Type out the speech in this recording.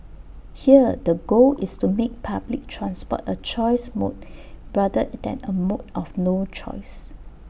here the goal is to make public transport A choice mode rather than A mode of no choice